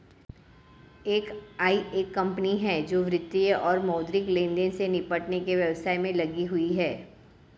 FI एक company है जो वित्तीय और मौद्रिक लेनदेन से निपटने के व्यवसाय में लगी हुई है